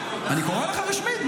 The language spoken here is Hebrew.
אני קורא לך רשמית.